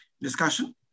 discussion